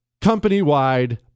Company-wide